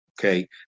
Okay